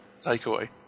takeaway